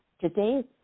Today's